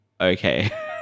Okay